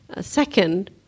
Second